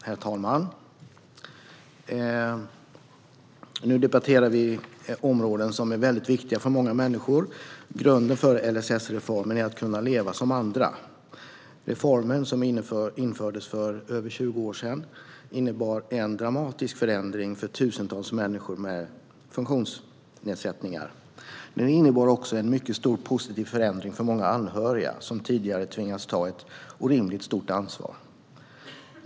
Herr talman! Vi debatterar nu områden som är väldigt viktiga för många människor. Grunden för LSS-reformen är att människor med funktionsnedsättning ska kunna leva som andra. Reformen, som infördes för över 20 år sedan, innebar en dramatisk förändring för tusentals människor med funktionsnedsättningar. Den innebar också en mycket stor positiv förändring för många anhöriga som tidigare tvingats ta ett orimligt stort ansvar.